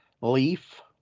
Leaf